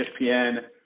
ESPN –